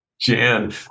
jan